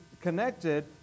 connected